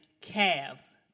calves